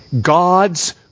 God's